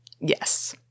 Yes